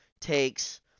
takes